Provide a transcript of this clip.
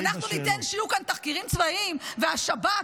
שאנחנו ניתן שיהיו כאן תחקירים צבאיים, והשב"כ: